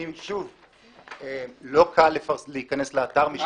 ממש לא קל להיכנס לאתר,